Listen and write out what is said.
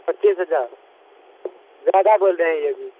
پچیس ہزار زیادہ بول رہے ہیں یہ بھی